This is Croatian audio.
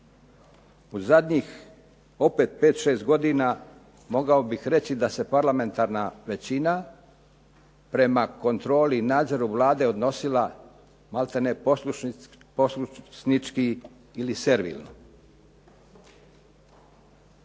U zadnjih opet pet, šest godina mogao bih reći da se parlamentarna većina prema kontroli i nadzoru Vlade odnosila malte ne poslušnički ili servilno.